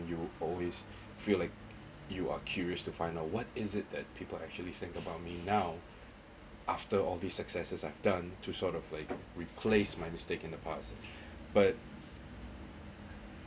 you always feel like you are curious to find out what is it that people actually think about me now after all these successes I've done to sort of like replace my mistake in the past but